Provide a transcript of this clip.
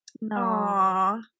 no